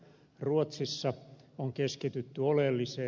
ruotsissa on keskitytty oleelliseen